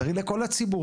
תראי לכל הציבור,